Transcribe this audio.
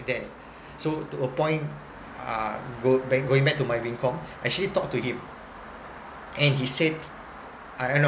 then so to appoint uh go going back to my wing com actually talked to him and he said I I know